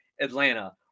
Atlanta